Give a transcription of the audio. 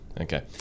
Okay